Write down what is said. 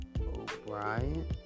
O'Brien